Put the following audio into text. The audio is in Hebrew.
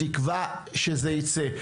בתקווה שזה ייצא,